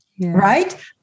right